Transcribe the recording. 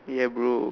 ya bro